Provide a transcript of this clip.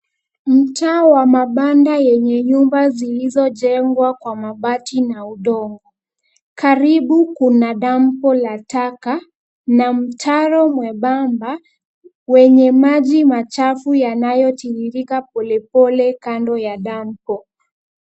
Mtaa wa mabanda yenye nyumba zilizojengwa kwa mabati na udongo. Karibu kuna dampo la taka na mtaro mwembamba wenye maji machafu yanayotiririka polepole kando ya dampo.